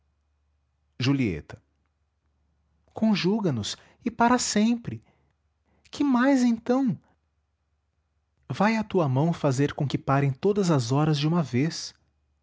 sempre julieta conjuga nos e para sempre que mais então vai a tua mão fazer com que parem todas as horas de uma vez